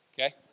Okay